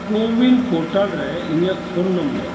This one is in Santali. ᱠᱳᱼᱩᱭᱤᱱ ᱯᱚᱨᱴᱟᱞ ᱨᱮ ᱤᱧᱟᱹᱜ ᱯᱷᱚᱱ ᱱᱚᱢᱵᱚᱨ